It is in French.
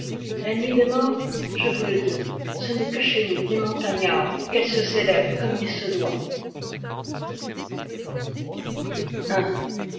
la nuit des morts je vous le dis ce n'est que chez nous les montagnards qu'elle se célèbre comme il se doit